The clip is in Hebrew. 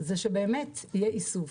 שיהיה איסוף.